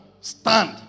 Stand